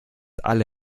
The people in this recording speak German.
alle